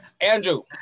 Andrew